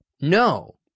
No